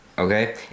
Okay